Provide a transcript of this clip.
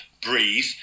breathe